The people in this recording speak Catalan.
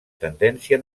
tendència